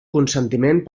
consentiment